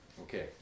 Okay